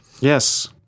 Yes